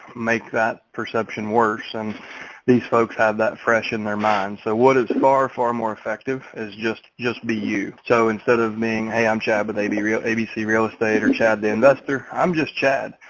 make that perception worse, and these folks have that fresh in their mind. so what is far, far more effective is just just be you. so instead of being hey, i'm chad, but they'd be real abc real estate or chad the investor. i'm just chad,